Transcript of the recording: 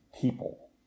people